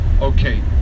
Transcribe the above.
Okay